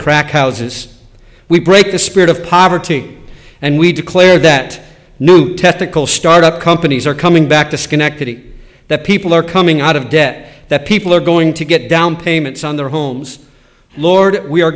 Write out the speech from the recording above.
crack houses we break the spirit of poverty and we declare that new technical start up companies are coming back to schenectady that people are coming out of debt that people are going to get down payments on their homes lord we are